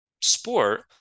sport